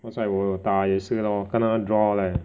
好才我有打也是 lor 跟他 draw leh